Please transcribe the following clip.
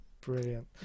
brilliant